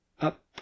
Up